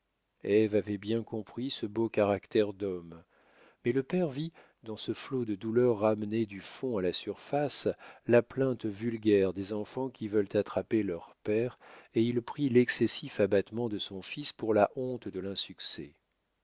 avait bien compris ce beau caractère d'homme mais le père vit dans ce flot de douleur ramené du fond à la surface la plainte vulgaire des enfants qui veulent attraper leurs pères et il prit l'excessif abattement de son fils pour la honte de l'insuccès